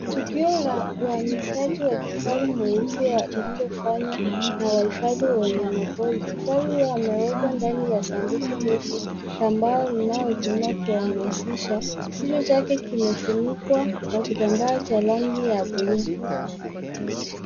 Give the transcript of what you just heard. Tukio la uhamishaji wa kifaru mweusi lililofanywa na wahifadhi wa wanyamapori. Kifaru huyo amewekwa ndani ya sanduku ndefu la mbao linalotumika kuhamasisha . Kichwa chake kimefunikwa kwa kitambaa cha rangi ya buluu.